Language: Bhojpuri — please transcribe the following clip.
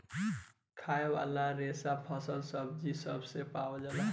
खाए वाला रेसा फल, सब्जी सब मे पावल जाला